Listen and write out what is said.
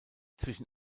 zwischen